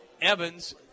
Evans